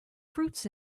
fruits